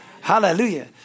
Hallelujah